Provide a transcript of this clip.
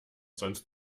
sonst